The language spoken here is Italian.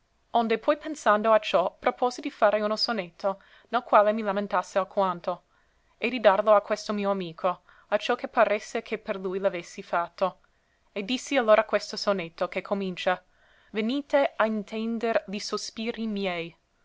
onde poi pensando a ciò propuosi di fare uno sonetto nel quale mi lamentasse alquanto e di darlo a questo mio amico acciò che paresse che per lui l'avessi fatto e dissi allora questo sonetto che comincia venite a ntender li sospiri miei